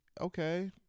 okay